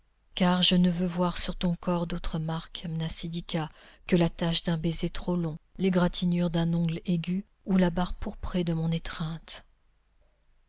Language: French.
car je ne veux voir sur ton corps d'autres marques mnasidika que la tache d'un baiser trop long l'égratignure d'un ongle aigu ou la barre pourprée de mon étreinte